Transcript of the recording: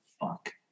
Fuck